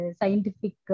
scientific